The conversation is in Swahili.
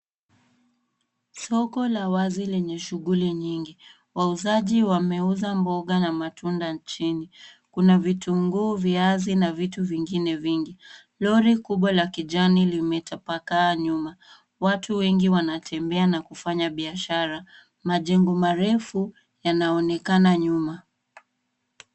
Soko la wazi lenye shughuli nyingi. Wauzaji wanauza mboga na matunda chini. Kuna vitunguu, viazi na vitu vingine vingi. Lori kubwa la kijani limetapakaa nyuma. Watu wengi wanatembea na kufanya biashara. Majengo marefu yanaonekana nyuma.